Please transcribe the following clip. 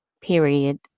period